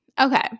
Okay